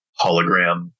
hologram